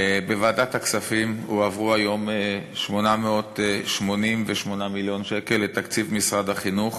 בוועדת הכספים הועברו היום 888 מיליון שקל לתקציב משרד החינוך